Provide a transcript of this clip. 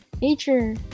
nature